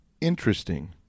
interesting